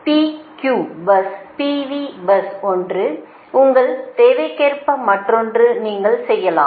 PQ bus PV bus ஒன்று உங்கள் தேவைக்கேற்ப மற்றொன்று நீங்கள் செய்யலாம்